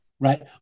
Right